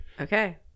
Okay